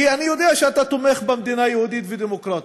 כי אני יודע שאתה תומך במדינה יהודית ודמוקרטית.